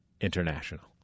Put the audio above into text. International